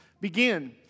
begin